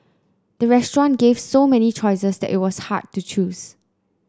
the restaurant gave so many choices that it was hard to choose